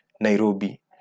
Nairobi